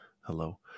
Hello